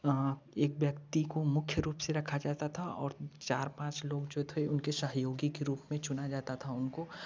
एक व्यक्ति को मुख्य रूप से रखा जाता था और चार पाँच लोग जो थे उनके सहयोगी के रूप में चुना जाता था उनको